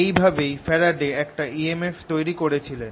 এই ভাবেই ফ্যারাডে একটা emf তৈরি করেছিলেন